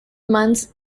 months